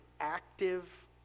active